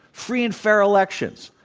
free and fair elections,